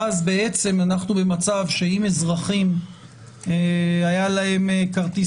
ואז אנחנו במצב שאם לאזרחים היה כרטיס